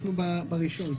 אנחנו בראשון.